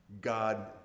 God